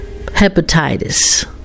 hepatitis